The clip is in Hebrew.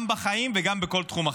גם בחיים וגם בכל תחום אחר.